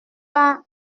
pas